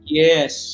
yes